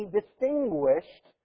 distinguished